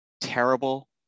terrible